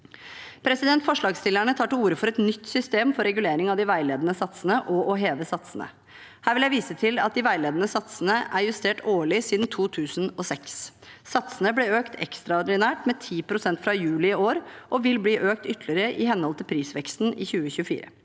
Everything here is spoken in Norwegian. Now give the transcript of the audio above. ansvaret. Forslagsstillerne tar til orde for et nytt system for regulering av de veiledende satsene og å heve satsene. Her vil jeg vise til at de veiledende satsene er justert årlig siden 2006. Satsene ble økt ekstraordinært med 10 pst. fra juli i år og vil bli økt ytterligere i henhold til prisveksten i 2024.